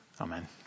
Amen